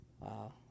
Wow